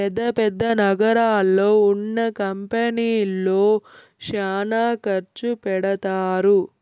పెద్ద పెద్ద నగరాల్లో ఉన్న కంపెనీల్లో శ్యానా ఖర్చు పెడతారు